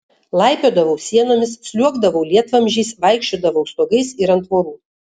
laipiodavau sienomis sliuogdavau lietvamzdžiais vaikščiodavau stogais ir ant tvorų